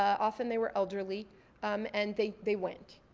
often they were elderly um and they they went.